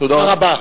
תודה רבה.